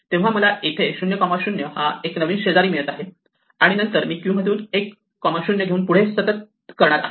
तेव्हा मला इथे 00 हा एक नवीन शेजारी मिळत आहे आणि नंतर मी क्यू मधून 10 घेऊन पुढे सतत करणार आहे